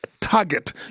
target